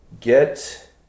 get